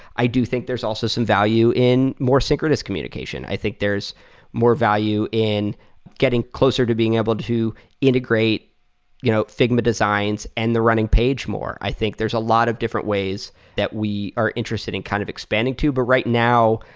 i do think there's also some value in more synchronous communication. i think there's more value in getting closer to being able to integrate you know figma designs and the running page more. i think there's a lot of different ways that we are interested in kind of expanding too. but right now,